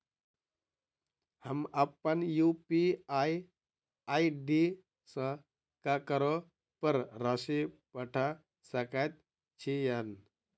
हम अप्पन UPI ID सँ ककरो पर राशि पठा सकैत छीयैन?